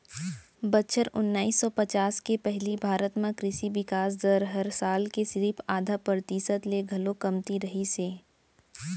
बछर ओनाइस सौ पचास के पहिली भारत म कृसि बिकास दर हर साल के सिरिफ आधा परतिसत ले घलौ कमती रहिस हे